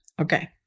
okay